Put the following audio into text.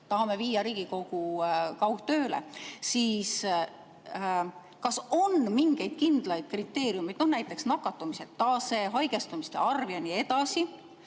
tahame viia Riigikogu kaugtööle, siis kas on mingeid kindlaid kriteeriume – no näiteks nakatumise tase, haigestumiste arv jne –,